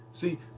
see